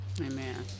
Amen